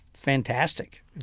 Fantastic